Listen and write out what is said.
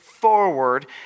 forward